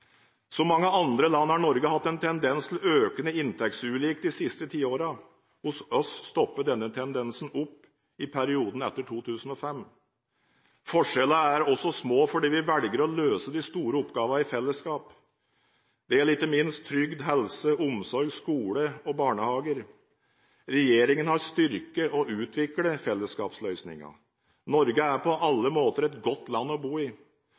mange andre land har Norge hatt en tendens til økende inntektsulikhet de siste tiårene. Hos oss stoppet denne tendensen opp i perioden etter 2005. Forskjellene er også små fordi vi velger å løse de store oppgavene i fellesskap. Dette gjelder ikke minst trygd, helse, omsorg, skole og barnehager. Regjeringen har styrket og utviklet fellesskapsløsningene. Norge er på alle måter et godt land å bo i.